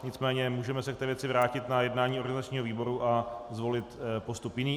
Nicméně můžeme se k té věci vrátit na jednání organizačního výboru a zvolit postup jiný.